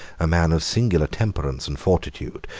a man of singular temperance and fortitude,